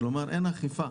כלומר אין אכיפה,